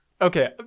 Okay